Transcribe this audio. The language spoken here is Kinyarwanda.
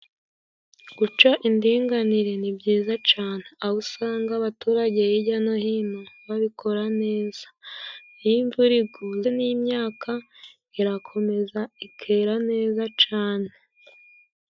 Guca indinganire ni byiza cane, aho usanga abaturage hirya no hino, babikora neza iyo imvura iguye n'imyaka irakomeza ikera neza cane.